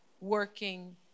working